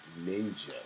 Ninja